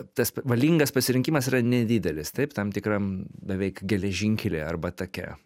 tas valingas pasirinkimas yra nedidelis taip tam tikram beveik geležinkelyje arba take